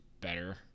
better